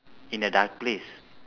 in a dark place